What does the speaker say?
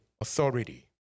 authority